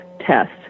test